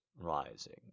rising